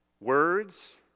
Words